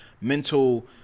mental